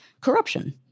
corruption